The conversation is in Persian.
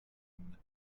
مونه